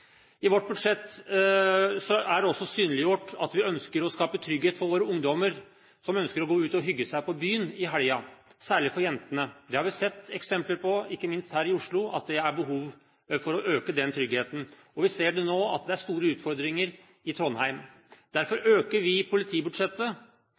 I vårt budsjett er det også synliggjort at vi ønsker å skape trygghet for våre ungdommer som ønsker å gå ut og hygge seg på byen i helgen, særlig for jentene. Det har vi sett eksempler på ikke minst her i Oslo, at det er behov for å øke denne tryggheten. Vi ser nå at det er store utfordringer i Trondheim. Derfor